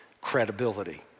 credibility